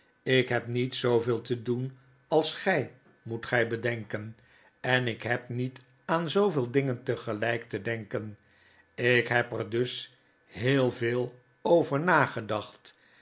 ik heb nietzooveel te doen als gy moet gij bedenken en ik heb niet aan zooveel dingen tegelyk te denken ik heb er dus heel veel over nagedacht